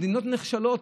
מדינות נחשלות,